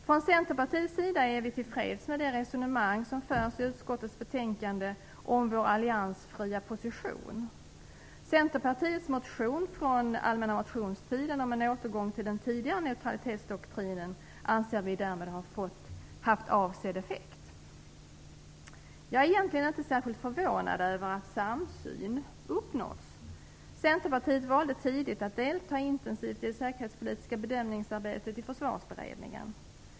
Från Centerpartiets sida är vi tillfreds med det resonemang som förs i utskottets betänkande om vår alliansfria position. Centerpartiets motion från allmänna motionstiden om en återgång till den tidigare neutralitetsdoktrinen får därmed anses ha haft avsedd effekt. Jag är egentligen inte särskilt förvånad över att samsyn uppnåtts. Centerpartiet valde tidigt att delta intensivt i det säkerhetspolitiska bedömningsarbetet i Försvarsberedningen.